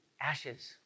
ashes